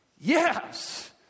Yes